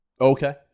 okay